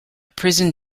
prison